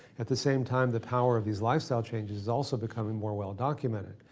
at the same time, the power of these lifestyle changes is also becoming more well documented.